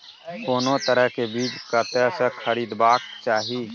कोनो तरह के बीज कतय स खरीदबाक चाही?